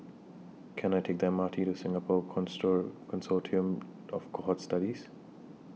Can I Take The M R T to Singapore consort Consortium of Cohort Studies